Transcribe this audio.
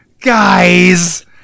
Guys